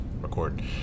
record